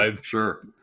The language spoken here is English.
sure